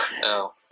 No